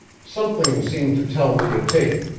something seemed to tell me to take it,